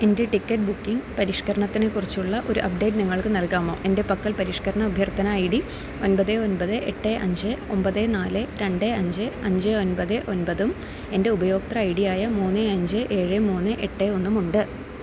എന്റെ ticket booking പരിഷ്ക്കരണത്തിനെക്കുറിച്ചുള്ള ഒരു അപ്ഡേറ്റ് നിങ്ങൾക്ക് നൽകാമോ എന്റെ പക്കൽ പരിഷ്ക്കരണാഭ്യർത്ഥന ഐ ഡി ഒൻപത് ഒൻപത് എട്ട് അഞ്ച് ഒമ്പത് നാല് രണ്ട് അഞ്ച് അഞ്ച് ഒൻപത് ഒൻപതും എന്റെ ഉപയോക്തൃ ഐ ഡിയായ മൂന്ന് അഞ്ച് ഏഴ് മൂന്ന് എട്ട് ഒന്നുമുണ്ട്